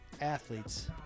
athletes